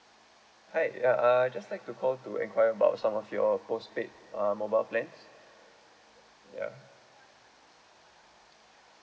hi uh uh just like to call to enquire about some of your postpaid uh mobile plans ya